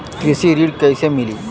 कृषि ऋण कैसे मिली?